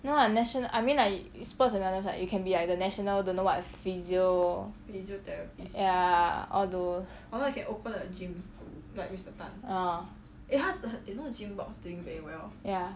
you know what national I mean like sports and wellness right you can be the national don't know what physio ya all those ah ya